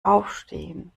aufstehen